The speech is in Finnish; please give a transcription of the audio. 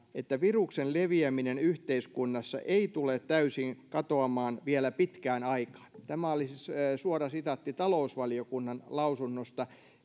että viruksen leviäminen yhteiskunnassa ei tule täysin katoamaan vielä pitkään aikaan tämä oli siis suora sitaatti talousvaliokunnan lausunnosta